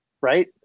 right